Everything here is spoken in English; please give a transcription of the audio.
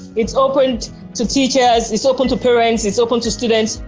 it's opened to teachers, it's open to parents, it's open to students.